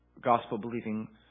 gospel-believing